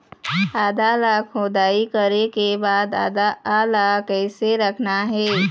आदा ला खोदाई करे के बाद आदा ला कैसे रखना हे?